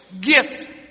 gift